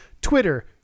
Twitter